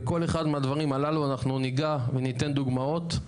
בכל אחד מהדברים הללו אנחנו נגע וניתן דוגמאות,